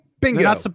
Bingo